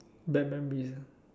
bad memories